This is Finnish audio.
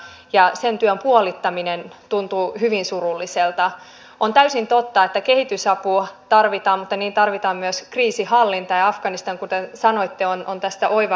elinkeinotuet voivat olla joko taloutta uudistavia tai säilyttäviä ja tekesin rahoitus on nimenomaan taloutta uudistavaa rahoitusta ja sillä vaikutetaan pitkäjänteisesti yritysten kilpailukyvyn säilymiseen ja paranemiseen ja uusien tuotteiden ja työpaikkojen syntyyn